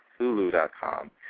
Hulu.com